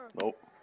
Nope